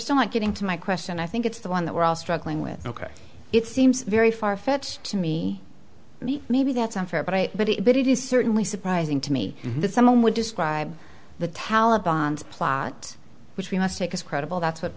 still not getting to my question i think it's the one that we're all struggling with ok it seems very far fetched to me and maybe that's unfair but i but it is certainly surprising to me that someone would describe the taliban's plot which we must take as credible that's what